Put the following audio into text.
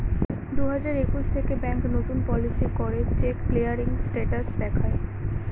দুই হাজার একুশ থেকে ব্যাঙ্ক নতুন পলিসি করে চেক ক্লিয়ারিং স্টেটাস দেখায়